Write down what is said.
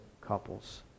couples